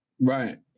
right